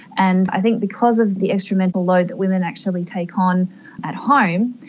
and i think because of the extra mental load that women actually take on at home,